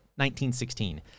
1916